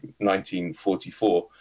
1944